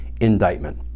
indictment